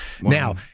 Now